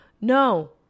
no